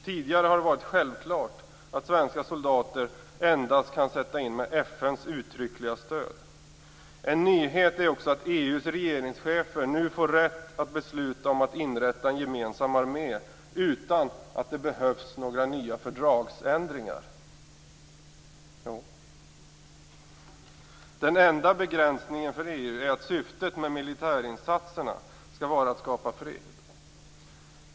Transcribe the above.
Tidigare har det varit självklart att svenska soldater endast kan sättas in med FN:s uttryckliga stöd. En nyhet är också att EU:s regeringschefer nu får rätt att besluta om att inrätta en gemensam armé utan att det behövs några nya fördragsändringar. Den enda begränsningen för EU är att syftet med militärinsatserna skall vara att skapa fred.